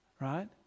Right